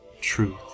truth